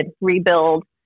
rebuild